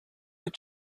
did